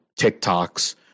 TikToks